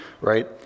right